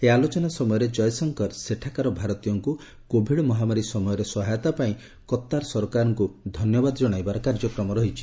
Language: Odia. ଏହି ଆଲୋଚନା ସମୟରେ କୟଶଙ୍କର ସେଠାକାର ଭାରତୀୟଙ୍କୁ କୋଭିଡ୍ ମହାମାରୀ ସମୟରେ ସହାୟତା ପାଇଁ କତ୍ତାର ସରକାରଙ୍କ ଧନ୍ୟବାଦ ଜଣାଇବାର କାର୍ଯ୍ୟକ୍ରମ ରହିଛି